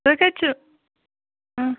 تُہۍ کَتہِ چھو